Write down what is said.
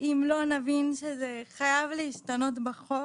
אם לא נבין שזה חייב להשתנות בחוק